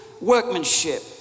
workmanship